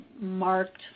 marked